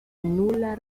nula